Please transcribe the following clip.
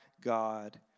God